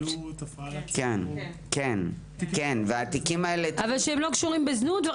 שלא קשורים בזנות?